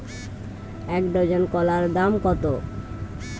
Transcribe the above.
এক ডজন কলার দাম কত?